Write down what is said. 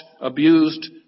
abused